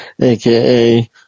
aka